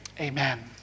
Amen